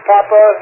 Papa